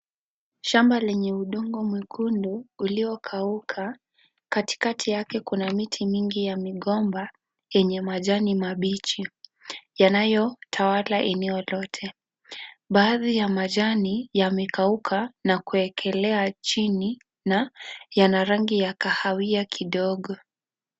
Shamba lenye udongo mwekundu, uliokauka. Katikati yake kuna miti, mingi ya migomba, yenye majani mabichi, yanayotawala eneo lote. Baadhi ya majani yamekauka, na kuekelea chini na yana rangi ya kahawia kidogo.